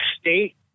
state